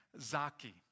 Zaki